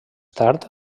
tard